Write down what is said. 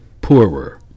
poorer